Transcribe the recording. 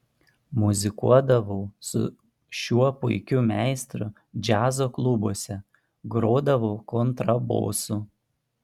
muzikuodavau su šiuo puikiu meistru džiazo klubuose grodavau kontrabosu